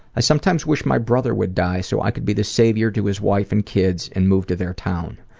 i sometimes wish my brother would die so i could be the savior to his wife and kids and move to their town.